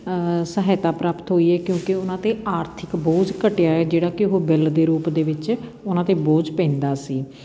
ਸਹਾਇਤਾ ਪ੍ਰਾਪਤ ਹੋਈ ਹੈ ਕਿਉਂਕਿ ਉਹਨਾਂ 'ਤੇ ਆਰਥਿਕ ਬੋਝ ਘਟਿਆ ਹੈ ਜਿਹੜਾ ਕਿ ਉਹ ਬਿੱਲ ਦੇ ਰੂਪ ਦੇ ਵਿੱਚ ਉਹਨਾਂ 'ਤੇ ਬੋਝ ਪੈਂਦਾ ਸੀ